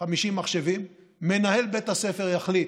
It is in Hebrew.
50 מחשבים, מנהל בית הספר יחליט,